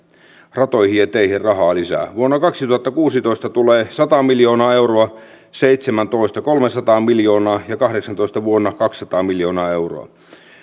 ratoihin ja teihin rahaa lisää vuonna kaksituhattakuusitoista tulee sata miljoonaa euroa vuonna seitsemäntoista tulee kolmesataa miljoonaa ja vuonna kahdeksantoista tulee kaksisataa miljoonaa euroa